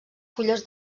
fulles